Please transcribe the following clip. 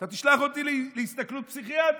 אתה תשלח אותי להסתכלות פסיכיאטרית.